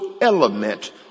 element